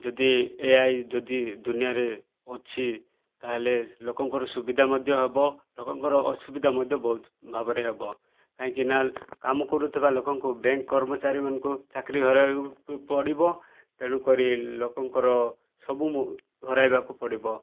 ଯଦି A I ଯଦି ଦୁନିଆରେ ଅଛି ତା'ହେଲେ ଲୋକଙ୍କର ସୁବିଧା ମଧ୍ୟ ହେବ ଲୋକଙ୍କର ଅସୁବିଧା ମଧ୍ୟ ବହୁତ ଭାବରେ ହେବ କାହିଁକିନା କାମ କରୁଥିବା ଲୋକଙ୍କୁ ବ୍ୟାଙ୍କ୍ କର୍ମଚାରୀମାନଙ୍କୁ ଚାକିରି ହରାଇବାକୁ ପଡ଼ିବ ତେଣୁକରି ଲୋକଙ୍କର ସବୁ ହରାଇବାକୁ ପଡ଼ିବ